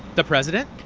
the president?